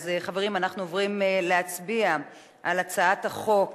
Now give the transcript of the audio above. חברים, אנחנו עוברים להצביע על הצעת חוק